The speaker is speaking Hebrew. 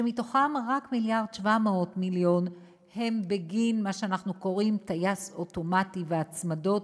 שמהם רק 1.7 מיליארד הם מה שאנחנו קוראים "טייס אוטומטי" והצמדות,